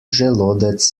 želodec